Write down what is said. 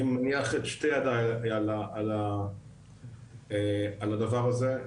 אני מניח את שתי ידיי על הדבר הזה.